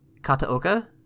Kataoka